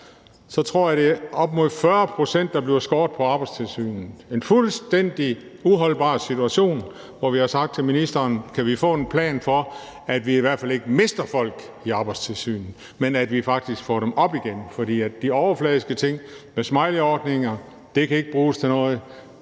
det her år, er det op mod 40 pct., der bliver skåret ned med på Arbejdstilsynet. Det er en fuldstændig uholdbar situation, hvor vi har spurgt ministeren, om vi kan få en plan for, at vi i hvert fald ikke mister folk i Arbejdstilsynet, men at vi faktisk får dem op igen. For de overfladiske ting med smileyordninger kan ikke bruges til noget;